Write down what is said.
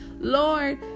lord